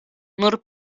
nur